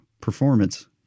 performance